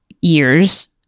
years